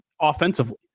offensively